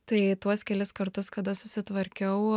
tai tuos kelis kartus kada susitvarkiau